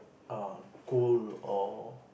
uh goal or